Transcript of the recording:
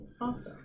Awesome